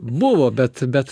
buvo bet bet